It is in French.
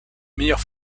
meilleurs